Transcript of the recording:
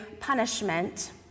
punishment